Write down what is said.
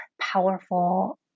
powerful